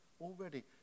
already